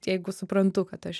jeigu suprantu kad aš